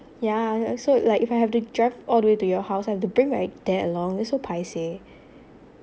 yeah that's so like if I have to drive all the way to your house I have to bring my dad along that's so paiseh